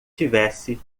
tivesse